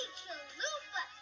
chalupa